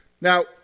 Now